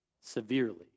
severely